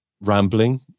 rambling